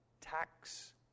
tax